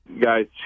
Guys